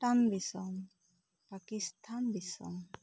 ᱵᱷᱩᱴᱟᱱ ᱫᱤᱥᱚᱢ ᱯᱟᱠᱤᱥᱛᱷᱟᱱ ᱫᱤᱥᱚᱢ